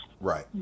Right